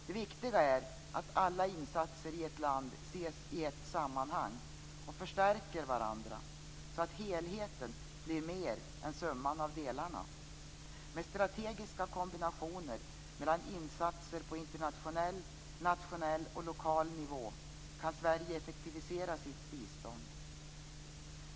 Det viktiga är att alla insatser i ett land ses i ett sammanhang och förstärker varandra så att helheten blir mer än summan av delarna. Med strategiska kombinationer mellan insatser på internationell, nationell och lokal nivå kan Sverige effektivisera sitt bistånd.